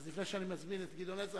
אז לפני שאני מזמין את גדעון עזרא,